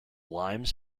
limes